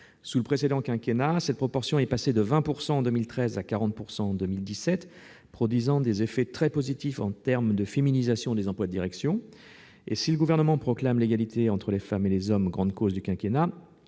Sous le précédent quinquennat, cette proportion est passée de 20 % en 2013 à 40 % en 2017, produisant des effets très positifs en termes de féminisation des emplois de direction. Si le Gouvernement proclame l'égalité entre les femmes et les hommes grande cause du quinquennat,